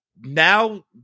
Now